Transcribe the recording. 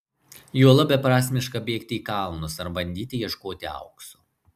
juolab beprasmiška bėgti į kalnus ar bandyti ieškoti aukso